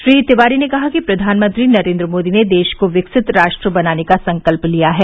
श्री तिवारी ने कहा कि फ्र्यानमंत्री नरेंद्र मोदी ने देश को विकसित राष्ट्र बनाने का संकल्प लिया है